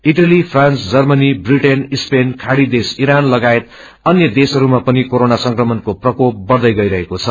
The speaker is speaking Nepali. Italy France Germany Britain Spain खाज़ीदेशइरानलनगायतअन्य देशमहरूमापनिकोरोनासंक्रमणकोप्रकोप बइदैगईरहेकोछ